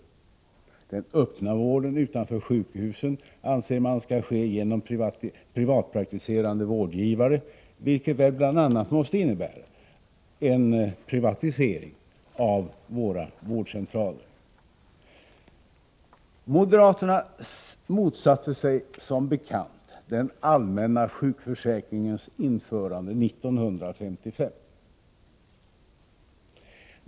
Man anser att den öppna vården utanför sjukhusen man skall ske genom privatpraktiserande vårdgivare, vilket väl bl.a. måste innebära en privatisering av våra vårdcentraler. Moderaterna motsatte sig som bekant den allmänna sjukförsäkringens införande 1955.